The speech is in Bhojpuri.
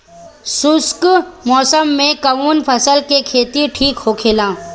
शुष्क मौसम में कउन फसल के खेती ठीक होखेला?